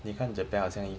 你看 japan 好像一